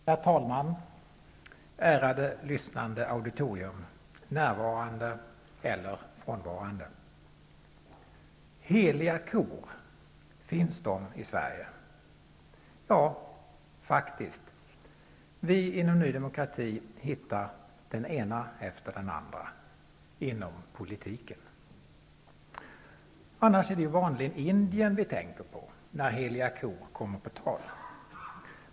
Herr talman! Ärade lyssnande auditorium -- närvarande eller frånvarande! Heliga kor -- finns de i Sverige? Ja, faktiskt. Vi inom Ny demokrati hittar den ena efter den andra -- Annars är det ju vanligen Indien vi tänker på när heliga kor kommer på tal.